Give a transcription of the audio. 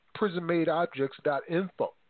prisonmadeobjects.info